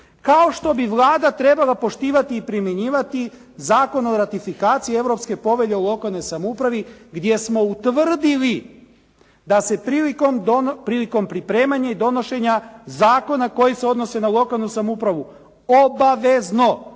kao što bi Vlada trebala poštivati i primjenjivati Zakon o ratifikaciji Europske povelje o lokalnoj samoupravi gdje smo utvrdili da se prilikom pripremanja i donošenja zakona koji se odnose na lokalnu samoupravu obavezno